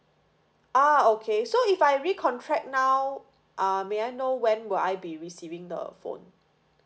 ah okay so if I recontract now uh may I know when will I be receiving the phone